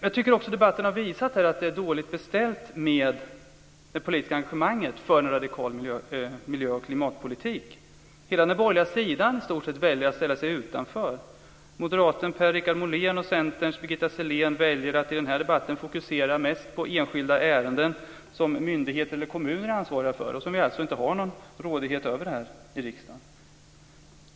Jag tycker att debatten har visat att det är dåligt beställt med det politiska engagemanget för en radikal miljö och klimatpolitik. I stort sett hela den borgerliga sidan väljer att ställa sig utanför. Moderaten Per-Richard Molén och Centerns Birgitta Sellén väljer att i den här debatten fokusera mest på enskilda ärenden som myndigheter och kommuner är ansvariga för och som vi alltså inte har någon rådighet över här i riksdagen.